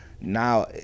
Now